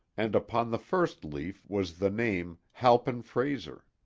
and upon the first leaf was the name halpin frayser.